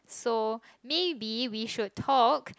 so maybe we should talk